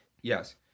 yes